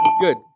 Good